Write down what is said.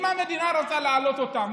אם המדינה רוצה להעלות אותם,